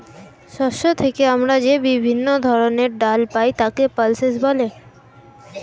শস্য থেকে আমরা যে বিভিন্ন ধরনের ডাল পাই তাকে পালসেস বলে